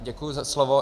Děkuji za slovo.